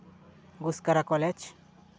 Guskara college